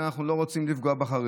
הוא אומר: אנחנו לא רוצים לפגוע בחרדים,